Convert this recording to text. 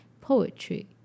poetry